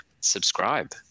subscribe